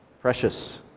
precious